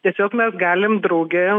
tiesiog mes galim drauge